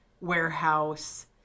warehouse